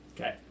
Okay